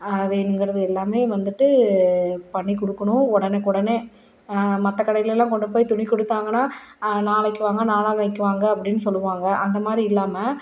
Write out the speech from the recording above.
வேணுங்கிறது எல்லாமே வந்துட்டு பண்ணி கொடுக்கணும் உடனுக்குடனே மற்ற கடையிலெலாம் கொண்டு போய் துணி கொடுத்தாங்கன்னா நாளைக்கு வாங்க நாளான்னைக்கு வாங்க அப்படின்னு சொல்லுவாங்க அந்த மாதிரி இல்லாமல்